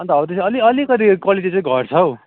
अन्त हौ त्यसरी अलि अलिकति क्वालिटी चाहिँ घट्छ हौ